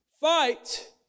Fight